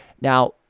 now